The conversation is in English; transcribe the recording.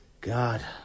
God